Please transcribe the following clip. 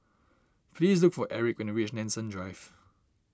please look for Aric when you reach Nanson Drive